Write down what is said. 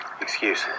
Excuse